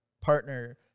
partner